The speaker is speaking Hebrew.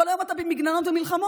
כל יום אתה במגננות ומלחמות,